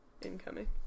incoming